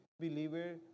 believer